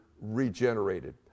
regenerated